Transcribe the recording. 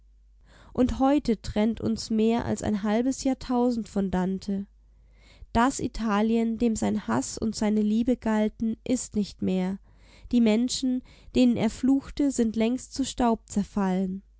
und heute trennt uns mehr als ein halbes jahrtausend von dante das italien dem sein haß und seine liebe galten ist nicht mehr die menschen denen er fluchte sind längst zu staub zerfallen